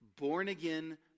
born-again